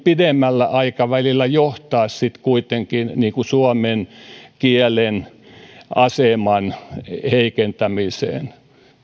pidemmällä aikavälillä sitten kuitenkin johtaa suomen kielen aseman heikentämiseen